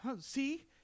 See